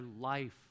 life